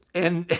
and